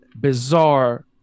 bizarre